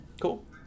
Cool